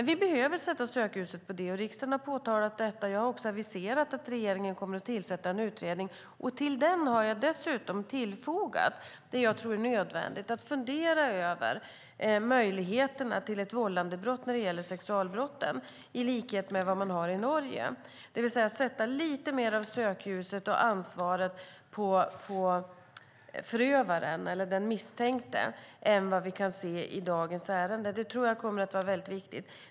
Vi behöver sätta sökljuset på det, och riksdagen har påtalat detta. Jag har aviserat att regeringen kommer att tillsätta en utredning. Till den har jag dessutom tillfogat det jag tror är nödvändigt, att fundera över möjligheten till ett vållandebrott när det gäller sexualbrotten i likhet vad man har i Norge, det vill säga att sätta lite mer av sökljuset och ansvaret på den misstänkte förövaren än i dag. Det tror jag kommer att vara viktigt.